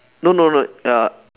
no no no uh